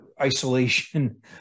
isolation